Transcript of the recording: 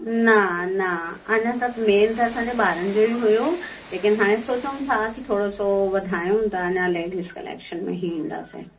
न अञा त अञा मेन त असांजो ॿारनि जो ई हुयो लेकिन हाणे सोचऊं था कि थोरो सो वधायूं था लेडिस कलैक्शन में ई ईंदासीं